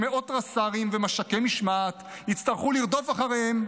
שמאות רס"רים ומש"קי משמעת יצטרכו לרדוף אחריהם,